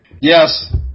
Yes